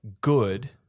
good